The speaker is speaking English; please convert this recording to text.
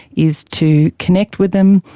is to connect with them,